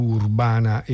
urbana